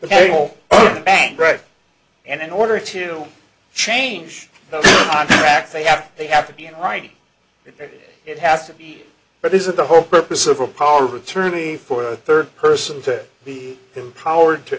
cable bank right and in order to change the fact they have they have to be in writing it it has to be but isn't the whole purpose of a power of attorney for a third person to be empowered to